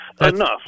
enough